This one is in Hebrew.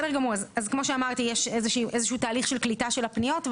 כמו שאמרתי, יש איזשהו תהליך של קליטה של הפניות.